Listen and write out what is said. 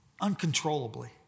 uncontrollably